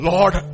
Lord